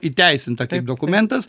įteisinta kaip dokumentas